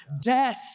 Death